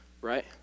right